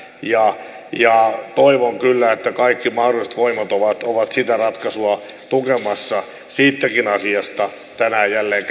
toivon kyllä että kaikki mahdolliset voimat ovat ovat sitä ratkaisua tukemassa siitäkin asiasta tänään jälleen